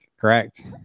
correct